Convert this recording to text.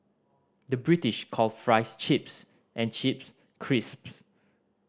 the British calls fries chips and chips crisps